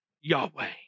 Yahweh